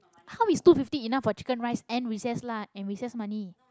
how is two fifty enough for chicken rice and recess lu~ and recess money